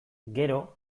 gero